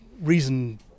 reason